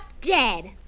dead